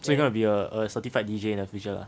so you gonna be a a certified D_J in the future ah